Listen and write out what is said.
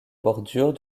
bordure